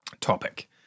topic